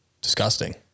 disgusting